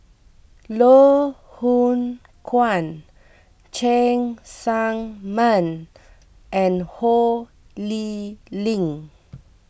Loh Hoong Kwan Cheng Tsang Man and Ho Lee Ling